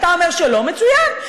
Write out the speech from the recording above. אתה אומר שלא, מצוין.